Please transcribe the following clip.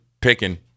picking